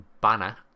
banner